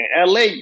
LA